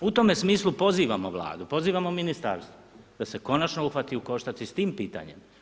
U tome smislu pozivamo Vladu, pozivamo ministarstvo da se konačno uhvati u koštac i sa tim pitanjem.